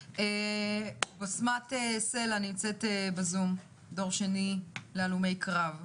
בשמת סלע נמצאת בזום, דור שני להלומי קרב,